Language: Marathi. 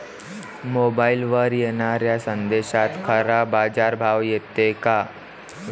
मोबाईलवर येनाऱ्या संदेशात खरा बाजारभाव येते का?